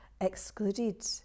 excluded